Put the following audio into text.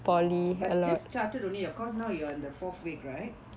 oh but just started only your course now you are in the fourth week right